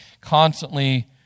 constantly